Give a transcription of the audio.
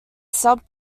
sub